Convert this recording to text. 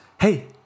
Hey